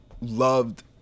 loved